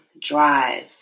drive